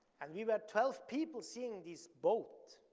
and we were twelve people seeing this boat